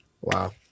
Wow